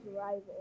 Rival